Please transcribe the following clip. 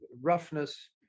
roughness